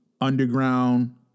Underground